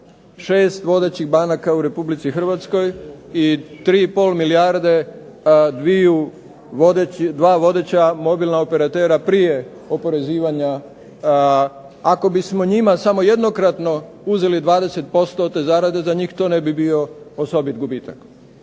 6 vodećih banaka u RH i 3,5 milijarde 2 vodeća mobilna operatera prije oporezivanja, ako bismo njima samo jednokratno uzeli 20% od te zarade za njih to ne bi bio osobit gubitak